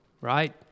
right